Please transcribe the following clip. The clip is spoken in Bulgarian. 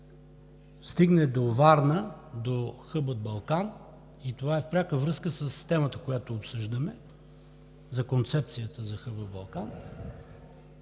стигне до Варна, до хъб „Балкан“, а това е в пряка връзка с темата, която обсъждаме – за концепцията за хъб „Балкан“,